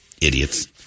Idiots